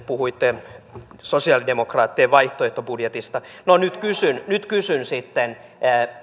puhuitte sosialidemokraattien vaihtoehtobudjetista no nyt kysyn sitten